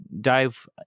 dive